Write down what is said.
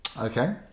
Okay